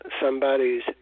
somebody's